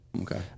okay